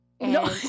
no